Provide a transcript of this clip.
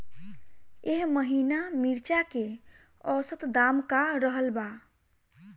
एह महीना मिर्चा के औसत दाम का रहल बा?